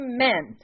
Amen